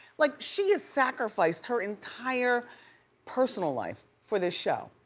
like she has sacrificed her entire personal life for this show.